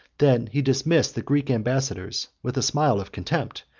than he dismissed the greek ambassadors with a smile of contempt,